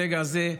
ברגע זה,